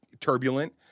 turbulent